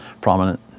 prominent